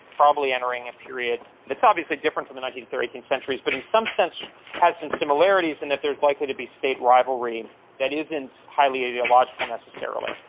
probably entering a period that's obviously different from the nineteenth or eighteenth centuries, but in some sense has some similarities in that there's likely to be state rivalry that isn't highly ideological necessarily.